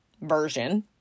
Version